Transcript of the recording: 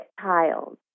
tiles